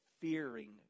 fearing